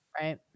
Right